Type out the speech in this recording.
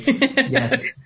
Yes